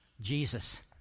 Jesus